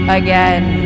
again